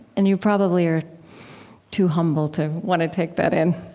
and you probably are too humble to want to take that in